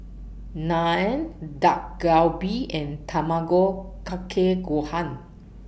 Naan Dak Galbi and Tamago Kake Gohan